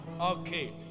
Okay